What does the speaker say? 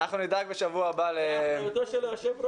זו אחריותו של היושב ראש.